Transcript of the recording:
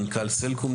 מנכ"ל סלקום,